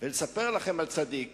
ולספר לכם על צדיק